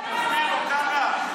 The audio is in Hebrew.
תסביר לו, קארה.